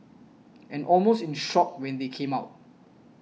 and almost in shock when they came out